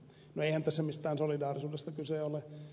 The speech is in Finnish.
no eihän tässä mistään solidaarisuudesta kyse ole